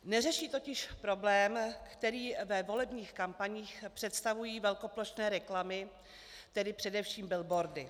Neřeší totiž problém, který ve volebních kampaních představují velkoplošné reklamy, tedy především billboardy.